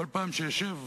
כל פעם שאשב,